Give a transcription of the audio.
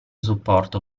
supporto